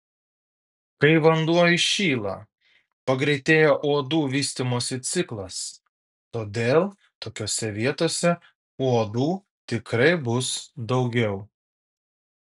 kai vanduo įšyla pagreitėja uodų vystymosi ciklas todėl tokiose vietose uodų tikrai bus daugiau